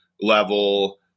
level